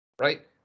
right